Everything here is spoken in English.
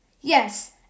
Yes